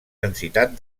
densitat